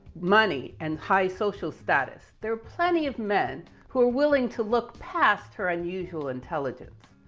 money and high social status, there are plenty of men who are willing to look past her unusual intelligence.